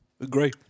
Agree